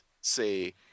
say